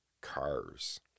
cars